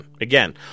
Again